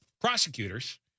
prosecutors